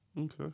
Okay